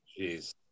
Jeez